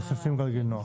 מוסיפים גלגינוע.